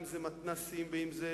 אם זה מתנ"סים ואם זה